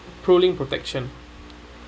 pro link protection